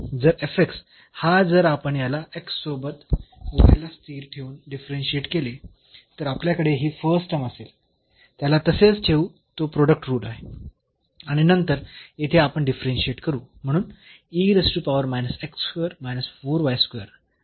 तर हा जर आपण याला x सोबत y ला स्थिर ठेवून डिफरन्शियेट केले तर आपल्याकडे ही फर्स्ट टर्म असेल त्याला तसेच ठेवू तो प्रोडक्ट रुल आहे आणि नंतर येथे आपण डिफरन्शियेट करू